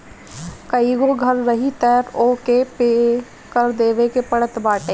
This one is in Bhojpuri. कईगो घर रही तअ ओहू पे कर देवे के पड़त बाटे